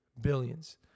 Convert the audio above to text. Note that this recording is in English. Billions